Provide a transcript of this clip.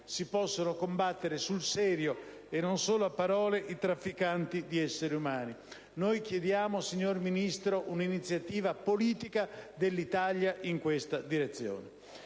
si possono combattere sul serio, e non solo a parole, i trafficanti di esseri umani. Noi chiediamo, signor Ministro, una iniziativa politica dell'Italia in questa direzione.